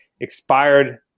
expired